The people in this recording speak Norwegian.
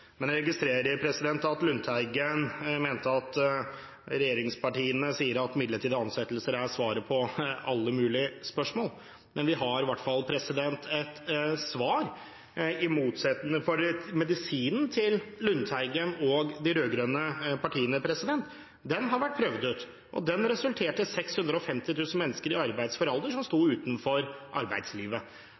men vi har i hvert fall et svar. Medisinen til Lundteigen og de rød-grønne partiene har vært prøvd ut, og den resulterte i at 650 000 mennesker i arbeidsfør alder sto utenfor arbeidslivet.